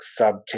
subtext